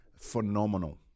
phenomenal